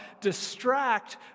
distract